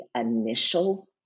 initial